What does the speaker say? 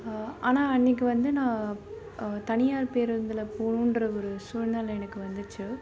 ஆனால் அன்றைக்கி வந்து நான் தனியார் பேருந்தில் போகணுன்ற ஒரு சூழ்நெல எனக்கு வந்துச்சு